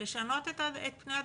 לשנות את פני הדברים.